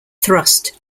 thrust